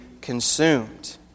consumed